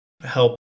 help